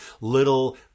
Little